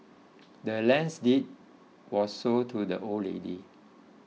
the land's deed was sold to the old lady